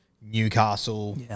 Newcastle